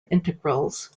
integrals